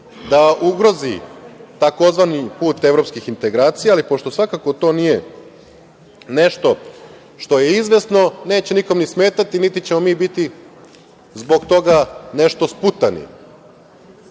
da ugrozi tzv. put evropskih integracija, ali pošto svakako to nije nešto što je izvesno, neće nikom ni smetati niti ćemo mi biti zbog toga nešto sputani. Ima